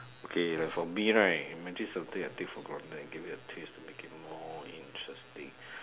okay like for me right imagine something I take for granted and give it a twist to make it more interesting